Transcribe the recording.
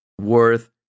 worth